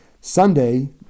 Sunday